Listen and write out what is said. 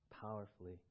powerfully